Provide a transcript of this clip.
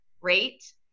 rate